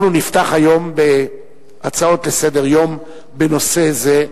אנחנו נפתח היום בהצעות לסדר-היום בנושא זה,